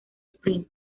sprint